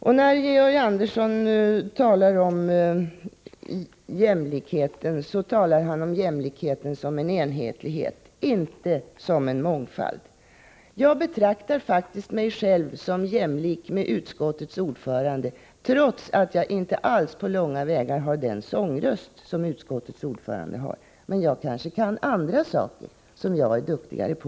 När Georg Andersson talar om jämlikheten, talar han om den som en enhetlighet, inte som en mångfald. Jag betraktar faktiskt mig själv som jämlik med utskottets ordförande, trots att jag inte på långa vägar har samma sångröst som han. Men det finns kanske andra saker som jag är duktigare på.